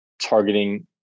targeting